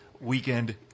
Weekend